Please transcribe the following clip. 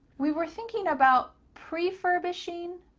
we were thinking about preferbishing,